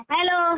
Hello